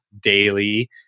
daily